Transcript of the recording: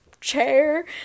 Chair